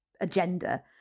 agenda